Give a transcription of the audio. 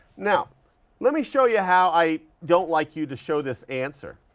now let me show you how i don't like you to show this answer.